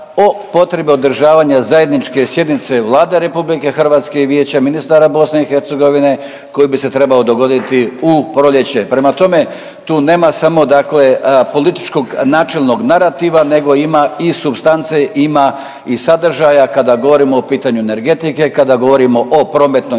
o potrebi održavanja zajedničke sjednice Vlade RH i Vijeća ministara BiH koji bi se trebao dogoditi u proljeće. Prema tome, tu nema samo dakle političkog načelnog narativa nego ima i supstance, ima i sadržaja kada govorimo o pitanju energetike, kada govorimo o prometnoj